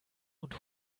und